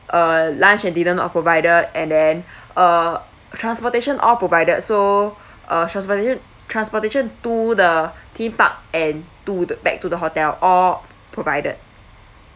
uh lunch and dinner not provided and then uh transportation all provided so uh transportation transportation to the theme park and to the back to the hotel all provided